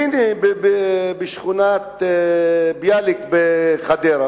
הנה, בשכונת ביאליק בחדרה.